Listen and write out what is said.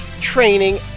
training